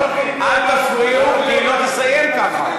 אל תפריעו, כי היא לא תסיים ככה.